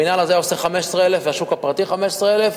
המינהל היה עושה 15,000 והשוק הפרטי 15,000,